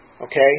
okay